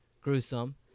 gruesome